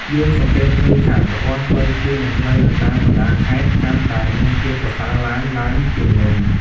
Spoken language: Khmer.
យើងសង្កេតឃើញថា ប្រព័ន្ធផ្លូវជាតិ និងផ្លូវនៅតាមបណ្តាខេត្តកាន់តែមានភាពប្រសើរឡើងឡើងជាងមុន។